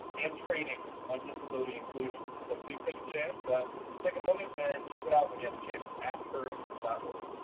and training on disability inclusion. so, please take a chance ah take a moment and check it out when you have a chance askearn dot org